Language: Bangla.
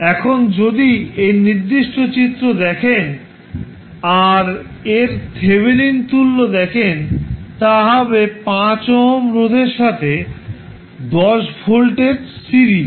এখন যদি এই নির্দিষ্ট চিত্র দেখেন আর এর থেভেনিন তুল্য দেখেন তা হবে 5 ওহম রোধের সাথে 10 ভোল্টের সিরিজ